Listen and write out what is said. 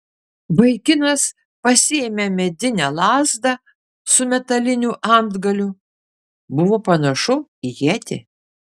vaikinas pasiėmė medinę lazdą su metaliniu antgaliu buvo panašu į ietį